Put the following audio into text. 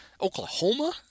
Oklahoma